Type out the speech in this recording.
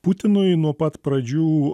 putinui nuo pat pradžių